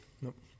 Nope